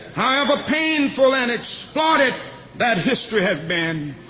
however painful and exploited that history has been.